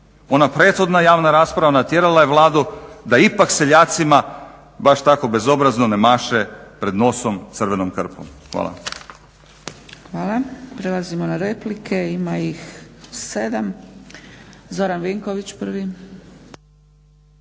Ona prethodna javna rasprava natjerala je Vladu da ipak seljacima baš tako bezobrazno ne maše pred nosom crvenom krpom. Hvala. **Zgrebec, Dragica (SDP)** Hvala. Prelazimo na replike. Ima ih sedam. Zoran Vinković prvi.